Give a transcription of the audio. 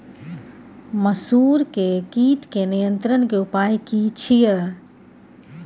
मसूर के कीट के नियंत्रण के उपाय की छिये?